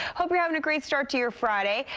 hope you're having a great start to your friday,